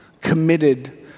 Committed